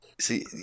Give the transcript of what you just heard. see